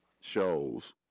shows